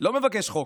לא מבקש חוק.